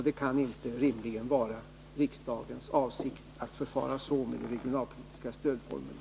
Det kan inte rimligen vara riksdagens avsikt att förfara så med de regionalpolitiska stödformerna.